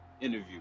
interview